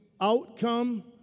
outcome